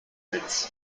hits